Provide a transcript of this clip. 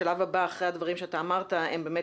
השלב הבא אחרי הדברים שאתה אמרת הם באמת